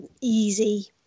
easy